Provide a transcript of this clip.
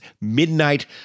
Midnight